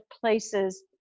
places